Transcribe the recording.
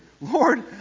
Lord